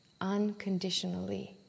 unconditionally